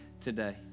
today